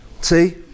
See